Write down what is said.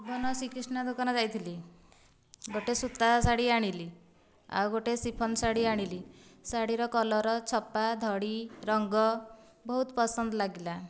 ମୁଁ ନା ଶ୍ରୀକୃଷ୍ଣ ଦୋକାନ ଯାଇଥିଲି ଗୋଟିଏ ସୁତା ଶାଢ଼ୀ ଆଣିଲି ଆଉ ଗୋଟିଏ ଶିଫନ୍ ଶାଢ଼ି ଆଣିଲି ଶାଢ଼ୀର କଲର୍ ଛପା ଧଡ଼ି ରଙ୍ଗ ବହୁତ ପସନ୍ଦ ଲାଗିଲା